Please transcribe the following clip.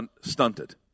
stunted